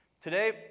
Today